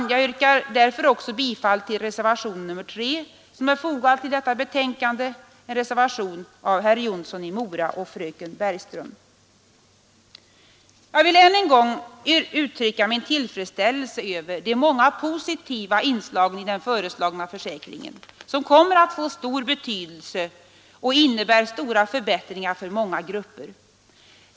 Jag yrkar därför bifall till Jag vill ännu en gång uttrycka min tillfredsställelse över de många positiva inslagen i den föreslagna försäkringen, som kommer att få stor betydelse och innebära stora förbättringar för många grupper.